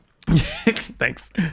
Thanks